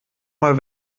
mal